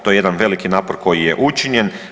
To je jedan veliki napor koji je učinjen.